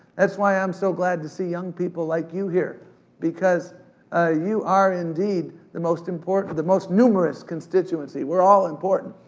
that's why i'm so glad to see young people like you here because ah you are, indeed, the most important, the most numerous constituency. we're all important,